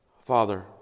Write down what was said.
Father